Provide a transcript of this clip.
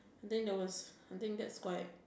I think the worst I think that's quite